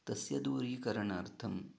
तस्य दूरीकरणार्थम्